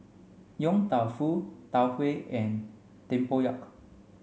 Yong Tau Foo Tau Huay and Tempoyak